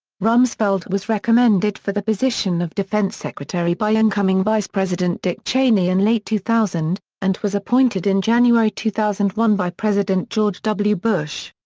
rumsfeld was recommended for the position of defense secretary by incoming vice president dick cheney in late two thousand, and was appointed in january two thousand and one by president george w. bush.